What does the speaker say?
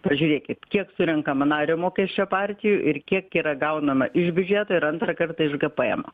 pažiūrėkit kiek surenkama nario mokesčio partijų ir kiek yra gaunama iš biudžeto ir antrą kartą iš gpmo